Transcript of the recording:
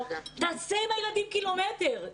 תעשה עם הילדים קילומטר.